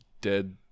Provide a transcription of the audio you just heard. dead